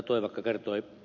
toivakka kertoi